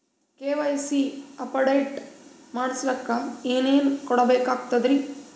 KYC update ಮಾಡಸ್ಲಕ ಏನೇನ ಕೊಡಬೇಕಾಗ್ತದ್ರಿ?